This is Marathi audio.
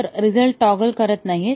तर रिझल्ट टॉगल करत नाही